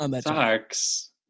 Sucks